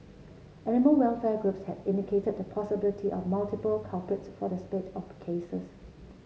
animal welfare groups had indicated the possibility of multiple culprits for the spate of cases